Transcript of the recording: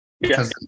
yes